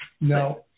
No